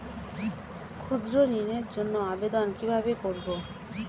ক্ষুদ্র ঋণের জন্য আবেদন কিভাবে করব?